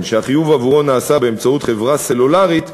שהחיוב בעבורו נעשה באמצעות חברה סלולרית,